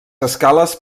escales